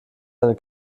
eine